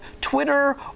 Twitter